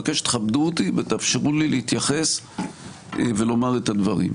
אני מבקש שתכבדו אותי ותאפשרו לי להתייחס ולומר את הדברים.